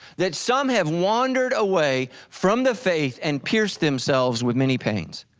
that some have wandered away from the faith and pierced themselves with many pains.